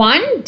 One